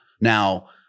now